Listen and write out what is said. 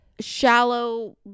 shallow